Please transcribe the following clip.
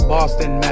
Boston